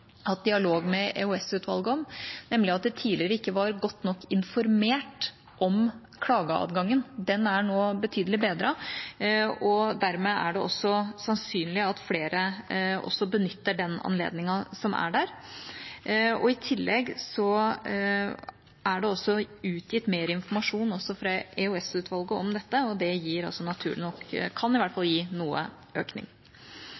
hatt dialog med EOS-utvalget om. Tidligere var det nemlig ikke informert godt nok om klageadgangen. Den er nå betydelig bedret, og dermed er det også sannsynlig at flere benytter den anledningen som er der. I tillegg er det også utgitt mer informasjon fra EOS-utvalget om dette, og det kan naturlig nok også gi noe økning. Nemnda har i